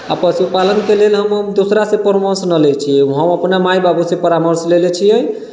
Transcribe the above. आ पशुपालनके लेल हम दोसरा से परामर्श नहि लै छियै हम अपना माइ बाबू से परामर्श लै ले छियै